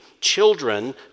children